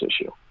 issue